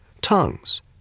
tongues